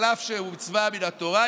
אף שהוא מצווה מן התורה,